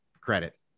credit